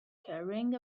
carrying